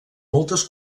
moltes